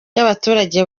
y’abaturage